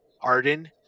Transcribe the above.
Arden